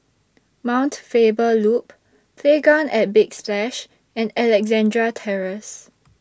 Mount Faber Loop Playground At Big Splash and Alexandra Terrace